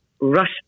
Russia